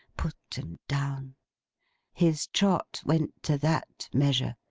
put em down his trot went to that measure,